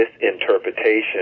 misinterpretation